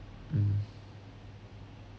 mm